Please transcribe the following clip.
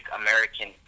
American